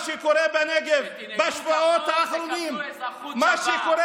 מה שקורה בנגב בשבועות האחרונים, תנהגו